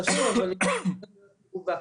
אחיה, רצית לומר משהו.